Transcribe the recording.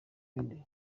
y’undi